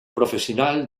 profesional